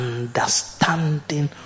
Understanding